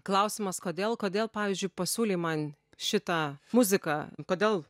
klausimas kodėl kodėl pavyzdžiui pasiūlei man šitą muziką kodėl